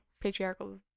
patriarchal